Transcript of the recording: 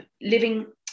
living